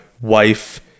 wife